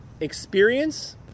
experience